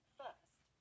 first